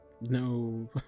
No